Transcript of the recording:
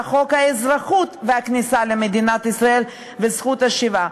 על חוק האזרחות והכניסה לישראל וזכות השיבה.